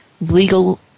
legal